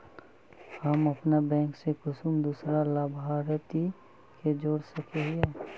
हम अपन बैंक से कुंसम दूसरा लाभारती के जोड़ सके हिय?